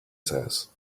says